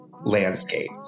landscape